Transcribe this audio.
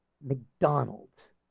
McDonald's